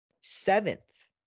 seventh